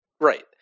Right